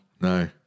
no